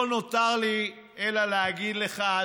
לא נותר לי אלא להגיד לך,